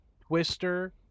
Twister